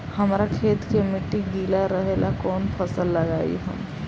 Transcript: हमरा खेत के मिट्टी गीला रहेला कवन फसल लगाई हम?